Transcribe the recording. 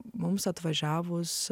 mums atvažiavus